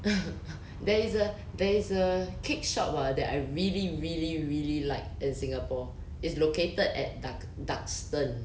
there is a there is a cake shop ah that I really really really like in singapore it's located at dux~ duxton